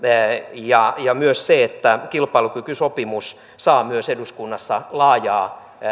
ja myös se että kilpailukykysopimus saa myös eduskunnassa laajaa